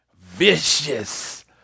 vicious